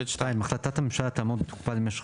(ב) (2)החלטת הממשלה תעמוד בתוקפה למשך